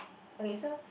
okay so